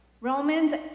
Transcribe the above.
Romans